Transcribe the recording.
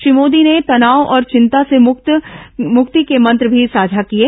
श्री मोदी ने तनाव और चिंता से मुक्ति के मंत्र भी साझा किये